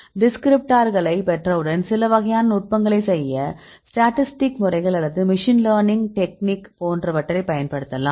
டிஸ்கிரிப்டார்களை பெற்றவுடன் சில வகையான நுட்பங்களைச் செய்ய ஸ்டாடிஸ்டிக்ஸ் முறைகள் அல்லது மெஷின் லேர்னிங் டெக்னிக் போன்றவற்றை பயன்படுத்தலாம்